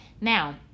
Now